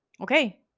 Okay